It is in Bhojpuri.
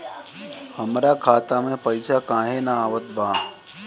हमरा खाता में पइसा काहे ना आवत बा?